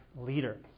leader